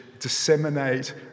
Disseminate